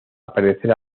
aparecer